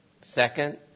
Second